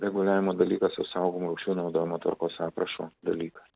reguliavimo dalykas o saugomų rūšių naudojimo tvarkos aprašo dalykas